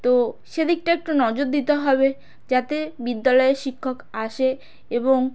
তো সেদিকটা একটু নজর দিতে হবে যাতে বিদ্যালয়ে শিক্ষক আসে এবং